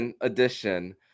edition